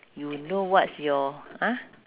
you know what's your !huh!